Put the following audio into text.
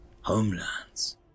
homelands